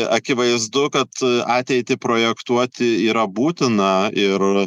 akivaizdu kad ateitį projektuoti yra būtina ir